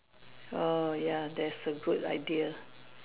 oh ya that's a good idea